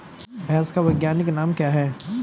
भैंस का वैज्ञानिक नाम क्या है?